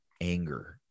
anger